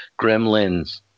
Gremlins